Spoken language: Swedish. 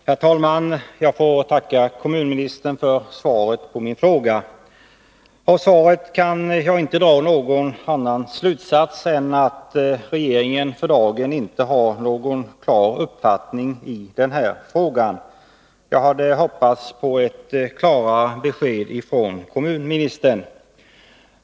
Herr talman! Jag får tacka kommunministern för svaret på min fråga. Av svaret kan jag inte dra någon annan slutsats än att regeringen för dagen inte har någon klar uppfattning i denna fråga. Jag hade hoppats att få ett klarare besked ifrån kommunministern.